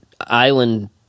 island